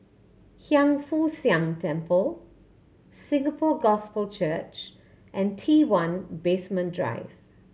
Hiang Foo Siang Temple Singapore Gospel Church and T One Basement Drive